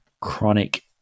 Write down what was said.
chronic